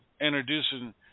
introducing